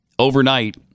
Overnight